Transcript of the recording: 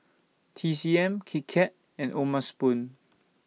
T C M Kit Kat and O'ma Spoon